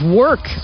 work